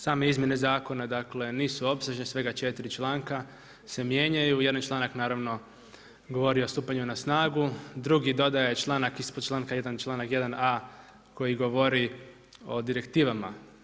Same izmjene zakona nisu opsežne, svega 4 članka se mijenjaju, jedan članak naravno govori o stupanju na snagu, drugi dodaje članak ispod članka 1. i članak 1. a) koji govori o direktivama.